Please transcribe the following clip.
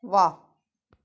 व्वा